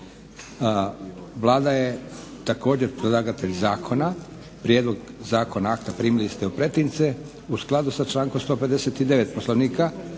Vlada je također predlagatelj zakona. Prijedlog zakona akta primili ste u pretince. U skladu sa člankom 159. Poslovnika